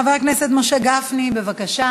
חבר הכנסת משה גפני, בבקשה,